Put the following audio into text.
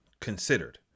considered